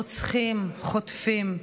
רוצחים, חוטפים,